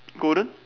golden